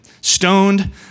stoned